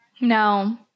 No